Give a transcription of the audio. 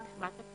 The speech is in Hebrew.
בנושאים